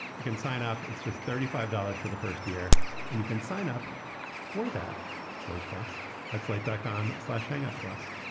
you can sign up. it's just thirty five dollars for the first year and you can sign up for that slate plus at slate dot com slash hangout plus.